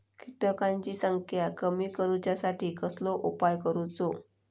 किटकांची संख्या कमी करुच्यासाठी कसलो उपाय करूचो?